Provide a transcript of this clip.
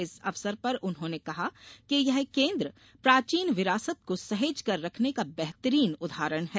इस अवसर पर उन्होंने कहा कि ये केन्द्र प्राचीन विरासत को सहेजकर रखने का बेहतरीन उदाहरण है